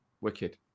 Wicked